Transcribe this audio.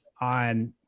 on